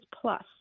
plus